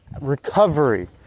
Recovery